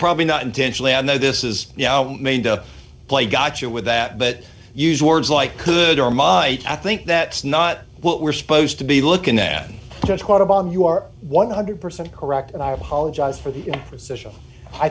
probably not intentionally i know this is made up play gotcha with that but use words like could or might i think that snot what we're supposed to be looking at just what a bomb you are one hundred percent correct and i apologize for the position i